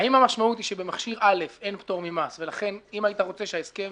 האם המשמעות היא שבמכשיר א' אין פטור ממס ולכן אם היית רוצה שההסכם